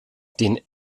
den